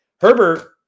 Herbert